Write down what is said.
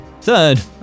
Third